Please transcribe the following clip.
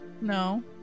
No